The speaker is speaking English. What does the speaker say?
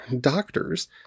doctors